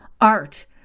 Art